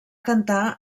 cantar